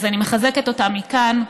אז אני מחזקת אותם מכאן,